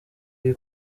iyi